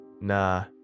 Nah